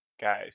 guys